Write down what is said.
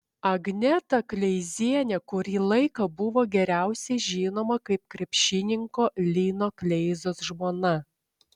agneta kleizienė kurį laiką buvo geriausiai žinoma kaip krepšininko lino kleizos žmona